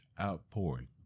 outpouring